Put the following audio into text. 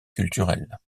culturelles